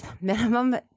minimum